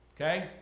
Okay